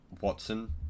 Watson